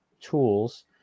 tools